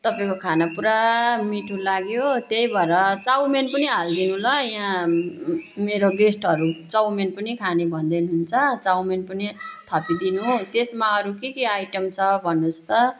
तपाईँको खाना पुरा मिठो लाग्यो त्यही भएर चाउमिन पनि हालिदिनु ल यहाँ मेरो गेस्टहरू चाउमिन पनि खाने भन्दै हुनुहुन्छ चाउमिन पनि थपिदिनु त्यसमा अरू के के आइटम छ भन्नुहोस् त